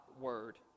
Word